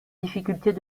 difficultés